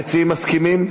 המציעים מסכימים?